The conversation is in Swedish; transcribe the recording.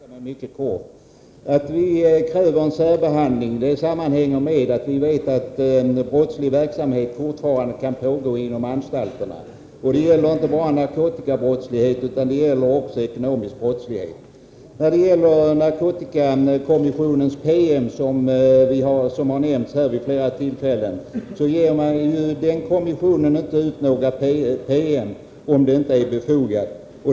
Herr talman! Med hänsyn till den långt framskridna tiden skall jag fatta - mig mycket kort. Att vi kräver en särbehandling sammanhänger med att vi vet att brottslig verksamhet fortfarande kan pågå inom anstalterna. Det gäller inte bara narkotikabrottslighet utan det gäller också ekonomisk brottslighet. När det gäller narkotikakommissionens PM, som har nämnts här vid flera tillfällen, vill jag säga att den kommissionen inte ger ut några PM om det inte är befogat.